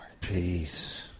Peace